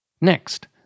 Next